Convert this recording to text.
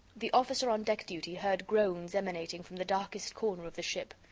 the officer on deck duty heard groans emanating from the darkest corner of the ship.